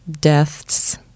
deaths